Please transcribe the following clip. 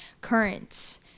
current